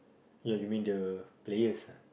ya you mean the players ah